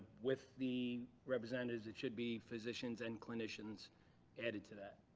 with the representatives, it should be physicians and clinicians added to that.